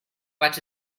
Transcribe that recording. but